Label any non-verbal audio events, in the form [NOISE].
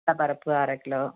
[UNINTELLIGIBLE] பருப்பு அரை கிலோ